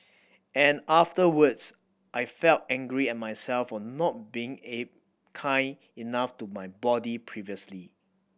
and afterwards I felt angry at myself for not being A kind enough to my body previously